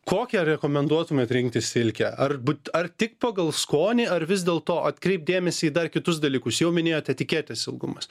kokią rekomenduotumėt rinktis silkę ar būt ar tik pagal skonį ar vis dėlto atkreipt dėmesį į dar kitus dalykus jau minėjot etiketės ilgumas